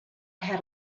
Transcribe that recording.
had